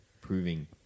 proving